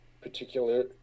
particular